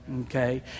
Okay